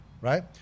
Right